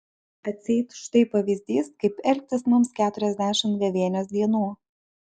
atseit štai pavyzdys kaip elgtis mums keturiasdešimt gavėnios dienų